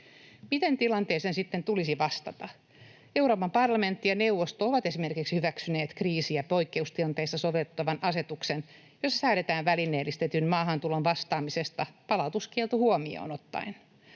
Miten tilanteeseen sitten tulisi vastata? Euroopan parlamentti ja neuvosto ovat esimerkiksi hyväksyneet kriisi- ja poikkeustilanteissa sovellettavan asetuksen, jossa säädetään välineellistetyn maahantulon vastaamisesta palautuskielto huomioon ottaen.